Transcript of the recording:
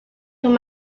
from